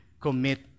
commit